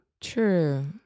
True